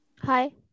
Hi